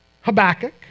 Habakkuk